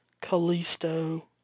Callisto